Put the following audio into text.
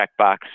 checkbox